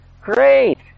great